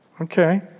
Okay